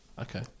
Okay